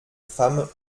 femme